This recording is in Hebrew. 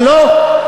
אה, לא?